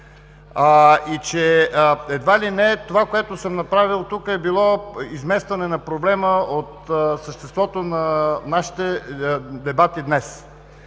и че едва ли не това, което съм направил тук, е било изместване на проблема от съществото на нашите дебати днес.